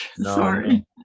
Sorry